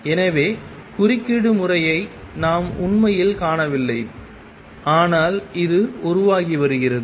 எனவே குறுக்கீடு முறையை நாம் உண்மையில் காணவில்லை ஆனால் அது உருவாகி வருகிறது